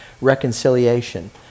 reconciliation